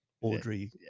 Audrey